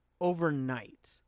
overnight